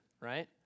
right